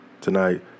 tonight